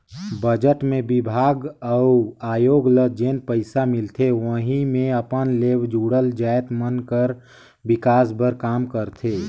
budget मे बिभाग अउ आयोग ल जेन पइसा मिलथे वहीं मे अपन ले जुड़ल जाएत मन कर बिकास बर काम करथे